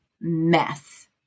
mess